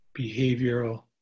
behavioral